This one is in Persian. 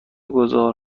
گذار